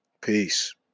peace